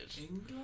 England